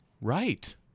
right